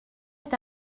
est